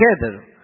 together